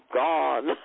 gone